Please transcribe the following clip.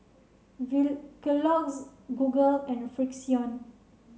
Kellogg's Google and Frixion